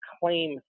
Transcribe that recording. claim